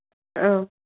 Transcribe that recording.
औ